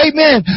Amen